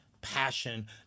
passion